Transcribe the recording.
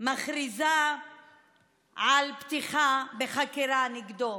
מכריזה על פתיחה בחקירה נגדו.